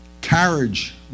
carriage